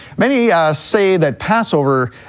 many say that passover,